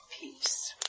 peace